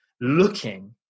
looking